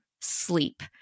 sleep